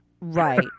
Right